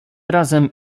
razem